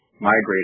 migrated